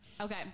Okay